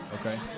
Okay